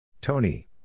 Tony